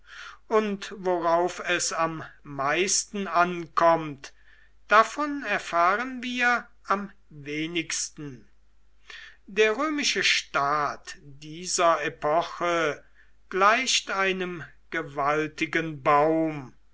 und worauf es am meisten ankommt davon erfahren wir am wenigsten der römische staat dieser epoche gleicht einem gewaltigen baum